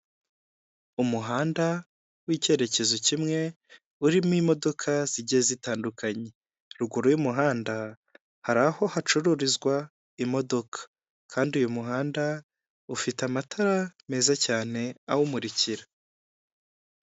Umuhanda w'icyerekezo kimwe urimo imodoka zigiye zitandukanye, ruguru y'umuhanda hari aho hacururizwa imodoka kandi uyu muhanda ufite amatara meza cyane awumurikira.